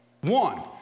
One